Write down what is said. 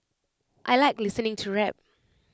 I Like listening to rap